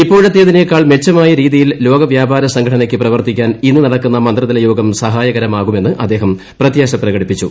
ഇപ്പോഴത്തിനേക്കാൾ മെച്ചമായ രീതിയിൽ ലോകവ്യാപാര സംഘടനയ്ക്ക് പ്രവർത്തിക്കാൻ ഇന്ന് നടക്കുന്ന മന്ത്രിതല യോഗം സഹായകരമാകുമെന്ന് അദ്ദേഹം പ്രത്യാശ പ്രകടിപ്പിച്ചു